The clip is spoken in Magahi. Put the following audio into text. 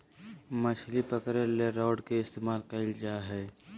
मछली पकरे ले रॉड के इस्तमाल कइल जा हइ